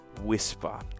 whisper